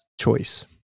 choice